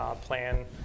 plan